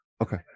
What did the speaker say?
Okay